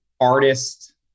artist